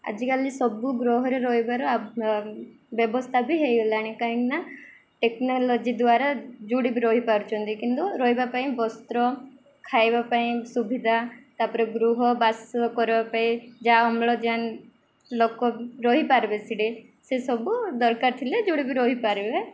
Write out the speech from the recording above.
ଆଜିକାଲି ସବୁ ଗ୍ରହରେ ରହିବାର ବ୍ୟବସ୍ଥା ବି ହେଇଗଲାଣି କାହିଁକିନା ଟେକ୍ନୋଲୋଜି ଦ୍ୱାରା ଯେଉଁଠି ବି ରହିପାରୁଛନ୍ତି କିନ୍ତୁ ରହିବା ପାଇଁ ବସ୍ତ୍ର ଖାଇବା ପାଇଁ ସୁବିଧା ତା'ପରେ ଗୃହ ବାସ କରିବା ପାଇଁ ଯାହା ଅମ୍ଳଜାନ ଲୋକ ରହିପାରିବେ ସିଡ଼େ ସେ ସବୁ ଦରକାର ଥିଲେ ଯେଉଁଠି ବି ରହିପାରିବେ